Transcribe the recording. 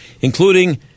including